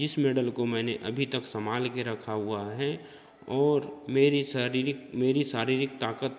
जिस मेडल को मैंने अभी तक सम्भाल कर रखा हुआ है और मेरी शारीरिक मेरी शारीरिक ताकत